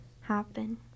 happen